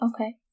Okay